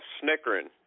snickering